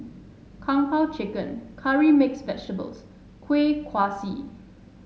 Kung Po Chicken Curry Mixed Vegetables Kuih Kaswi